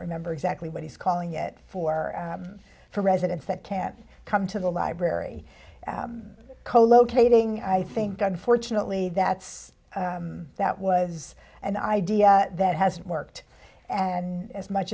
remember exactly what he's calling it for for residents that can't come to the library co locating i think unfortunately that's that was an idea that hasn't worked and as much